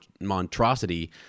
monstrosity